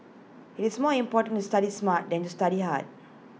IT is more important to study smart than to study hard